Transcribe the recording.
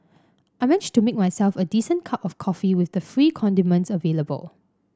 I managed to make myself a decent cup of coffee with the free condiments available